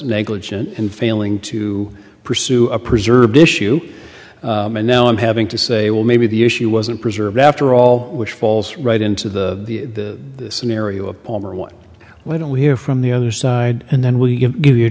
negligent in failing to pursue a preserved issue and now i'm having to say well maybe the issue wasn't preserved after all which falls right into the scenario of palmer one why don't we hear from the other side and then we can give you a